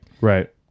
right